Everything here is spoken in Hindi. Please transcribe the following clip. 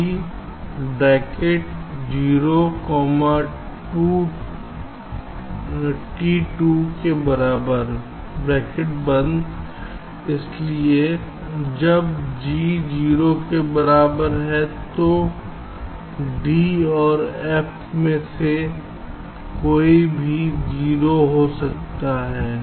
g 0 t 2 के बराबर इसलिए जब g 0 के बराबर हो तो d और f में से कोई भी 0 हो सकता है